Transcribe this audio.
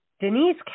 Denise